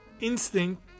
instinct